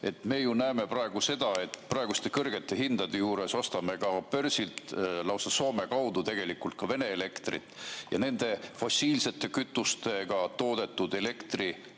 Me ju näeme seda, et praeguste kõrgete hindade juures ostame börsilt Soome kaudu tegelikult ka Vene elektrit. Ja nende fossiilsete kütustega toodetud elektri